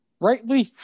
Rightly